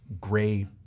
gray